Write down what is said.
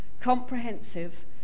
comprehensive